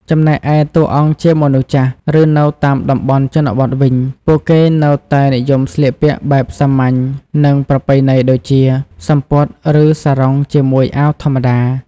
ចំណែកឯតួអង្គជាមនុស្សចាស់ ឬនៅតាមតំបន់ជនបទវិញ ពួកគេនៅតែនិយមស្លៀកពាក់បែបសាមញ្ញ និងប្រពៃណីដូចជា សំពត់ ឬសារុងជាមួយអាវធម្មតា។